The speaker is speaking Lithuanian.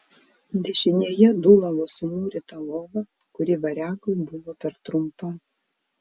dešinėje dūlavo sumūryta lova kuri variagui buvo per trumpa